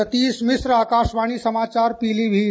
सतीश मिश्र आकाशवाणी समाचार पीलीभीत